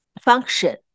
function